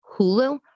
Hulu